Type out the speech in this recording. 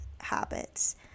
habits